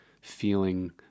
feeling